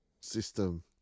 system